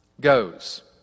goes